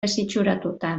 desitxuratuta